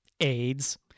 AIDS